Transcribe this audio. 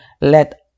let